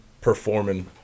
performing